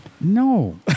No